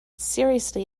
seriously